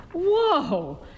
Whoa